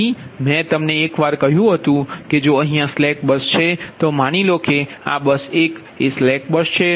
તેથી મેં તમને એકવાર કહ્યું હતું કે જો અહીયા સ્લેક બસ છે તો માની લો કે આ બસ 1 એ એક સ્લેક બસ છે